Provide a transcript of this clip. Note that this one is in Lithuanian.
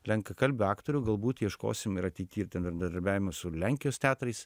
lenkakalbių aktorių galbūt ieškosim ir ateity ir bendradarbiavimo su lenkijos teatrais